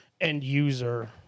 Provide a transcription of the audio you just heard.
end-user